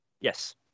Yes